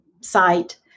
site